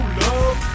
love